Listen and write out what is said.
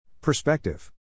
Perspective